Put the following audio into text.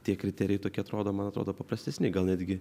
tie kriterijai tokie atrodo man atrodo paprastesni gal netgi